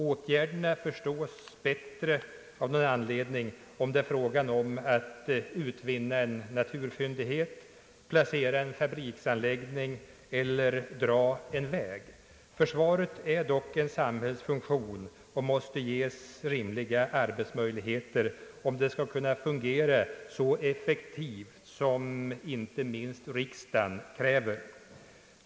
Åtgärderna förstås bättre av någon anledning — om det är fråga om att utvinna en naturtillgång, placera en fabriksanläggning eller dra en väg. Försvaret är dock en samhällsfunktion och måste ges rimliga arbetsmöjligheter, om det skall kunna fungera så effektivt som inte minst riksdagen kräver.